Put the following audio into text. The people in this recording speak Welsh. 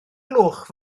gloch